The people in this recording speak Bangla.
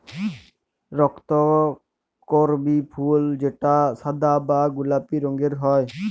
রক্তকরবী ফুল যেটা সাদা বা গোলাপি রঙের হ্যয়